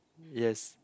yes